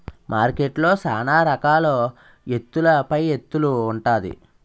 మార్కెట్లో సాన రకాల ఎత్తుల పైఎత్తులు ఉంటాది